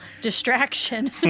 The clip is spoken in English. distraction